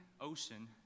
ocean